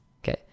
okay